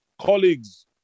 colleagues